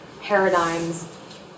paradigms